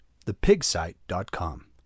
thepigsite.com